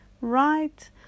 right